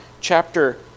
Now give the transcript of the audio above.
chapter